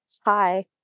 Hi